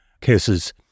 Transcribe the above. cases